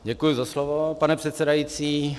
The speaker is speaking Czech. Děkuji za slovo, pane předsedající.